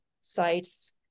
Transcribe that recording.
sites